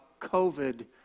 COVID